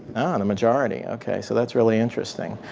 the majority, okay. so that's really interesting.